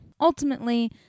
ultimately